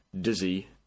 dizzy